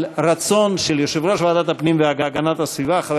על הרצון של יושב-ראש ועדת הפנים והגנת הסביבה חבר